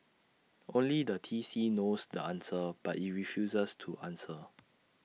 only the T C knows the answer but IT refuses to answer